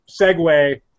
segue